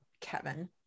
Kevin